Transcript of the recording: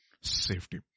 Safety